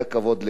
היה כבוד למורה,